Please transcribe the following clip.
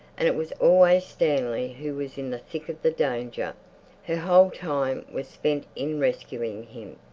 and it was always stanley who was in the thick of the danger. her whole time was spent in rescuing him,